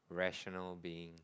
rational being